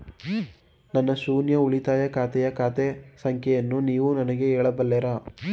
ನನ್ನ ಶೂನ್ಯ ಉಳಿತಾಯ ಖಾತೆಯ ಖಾತೆ ಸಂಖ್ಯೆಯನ್ನು ನೀವು ನನಗೆ ಹೇಳಬಲ್ಲಿರಾ?